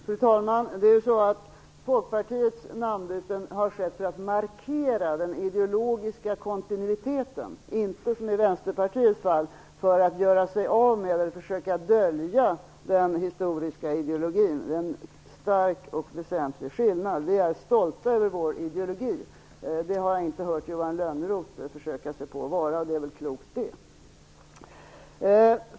Fru talman! Folkpartiets namnbyten har skett som en markering av den ideologiska kontinuiteten, inte som i Västerparitets fall där man har gjort sig av med namnet för att försöka att dölja den historiska ideologin. Det är en stor och väsentlig skillnad. Vi är stolta över vår ideologi. Det har jag inte hört Johan Lönnroth försöka sig på att vara när det gäller hans ideologi, och det är väl klokt det.